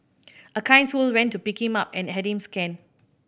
a kind soul went to pick him up and had him scanned